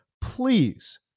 please